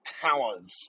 Towers